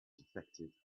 defective